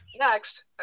Next